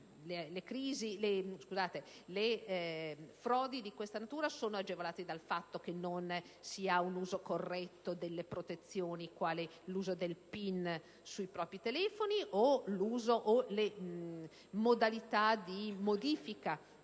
Le frodi di questa natura sono agevolate dal fatto che non si fa un impiego corretto di alcune protezioni, quali l'uso del PIN dei propri telefoni o le modalità di modifica